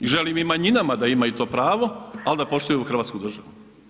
I želim i manjinama da imaju to pravo ali da poštuju Hrvatsku državu.